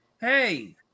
Hey